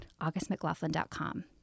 augustmclaughlin.com